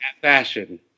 fashion